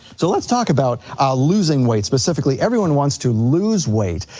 so let's talk about losing weight specifically, everyone wants to lose weight,